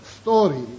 Story